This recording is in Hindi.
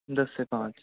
दस से पांच